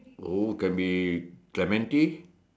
oh can be Clementi